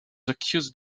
accused